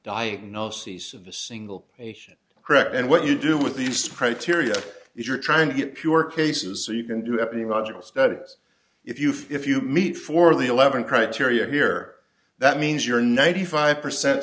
diagnoses of a single patient correct and what you do with these criteria is you're trying to get pure cases so you can do any logical studies if you feel if you meet for the eleven criteria here that means you're ninety five percent